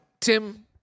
Tim